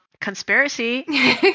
conspiracy